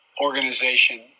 organization